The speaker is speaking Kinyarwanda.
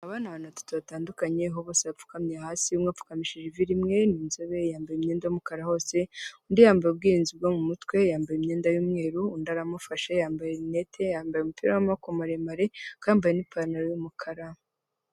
Abana ni abantu batatu batandukanye, aho bose bapfukamye hasi, umwe apfukamishi ivi rimwe, ni inzobe, yambaye imyenda y'umukara hose, undi yambaye ubwirinzi bwo mu mutwe, yambaye imyenda y'umweru, undi aramufashe, yamba lunette, yambaye umupira w'amaboko maremare, akaba yambaye n'ipantaro y'umukara.